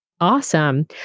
Awesome